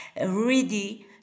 ready